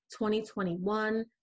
2021